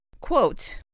quote